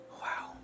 Wow